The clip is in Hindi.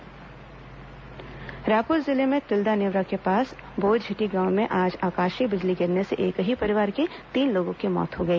आकाशीय बिजली मौत रायपुर जिले में तिल्दा नेवरा के पास बोइरझिटी गांव में आज आकाशीय बिजली गिरने से एक ही परिवार के तीन लोगों की मौत हो गई